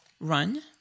Run